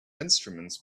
instruments